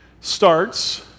starts